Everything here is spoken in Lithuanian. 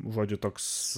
žodžiu toks